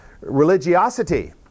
religiosity